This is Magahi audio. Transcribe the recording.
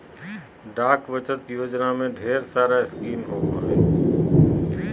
डाक बचत योजना में ढेर सारा स्कीम होबो हइ